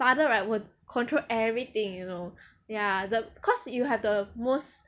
father right will control everything you know ya the cause you have the most